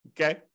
okay